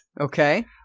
Okay